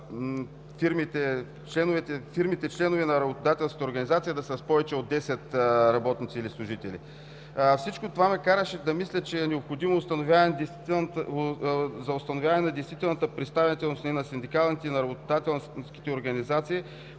за фирмите – членове на работодателска организация да са с повече от 10 работници или служители. Всичко това ме караше да мисля, че установяването на действителната представителност и на синдикалните, и на работодателските организации